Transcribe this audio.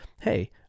hey